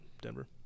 Denver